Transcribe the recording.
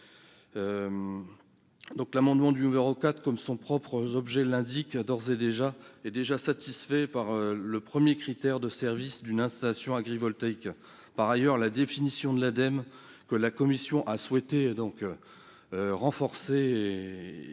L'amendement n° 4, comme son objet l'indique, est déjà satisfait par le premier critère de service rendu par une installation agrivoltaïque. Par ailleurs, la définition de l'Ademe, que la commission a souhaité retenir et renforcer,